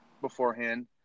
beforehand